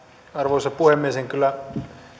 arvoisa puhemies en kyllä